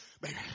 baby